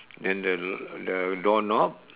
and the the door knob